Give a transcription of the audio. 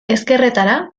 ezkerretara